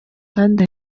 kandi